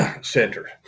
Center